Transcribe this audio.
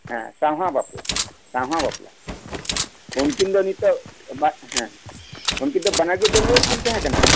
ᱦᱮᱸ ᱥᱟᱸᱣᱦᱟ ᱵᱟᱯᱞᱟ ᱥᱟᱸᱣᱦᱟ ᱵᱟᱯᱞᱟ ᱩᱱᱠᱤᱱ ᱫᱚ ᱱᱤᱛᱚ ᱵᱟᱜ ᱦᱮᱸ ᱩᱱᱠᱤᱱ ᱫᱚ ᱵᱟᱱᱟᱨ ᱜᱮ ᱰᱟᱹᱜᱩᱭᱟᱹ ᱠᱤᱱ ᱛᱟᱦᱮᱸ ᱠᱟᱱᱟ